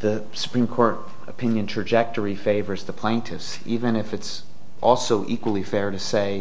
the supreme court opinion trajectory favors the plaintiffs even if it's also equally fair to say